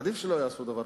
עדיף שלא יעשו דבר.